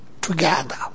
together